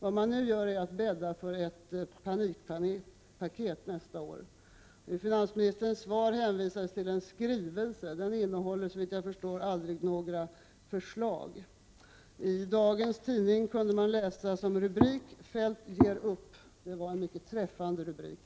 Vad man nu gör är att bädda för ett panikpaket nästa år. I finansministerns svar hänvisades till en skrivelse. Den innehåller såvitt jag förstår aldrig några förslag. I dagens tidning kunde man läsa som rubrik: Feldt ger upp. Det var en mycket träffande rubrik.